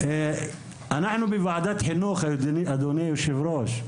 אנחנו בוועדת חינוך, אדוני היושב-ראש.